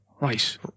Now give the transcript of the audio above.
Right